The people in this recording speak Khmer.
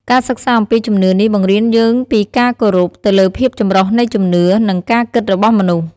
ការសិក្សាអំពីជំនឿនេះបង្រៀនយើងពីការគោរពទៅលើភាពចម្រុះនៃជំនឿ និងការគិតរបស់មនុស្ស។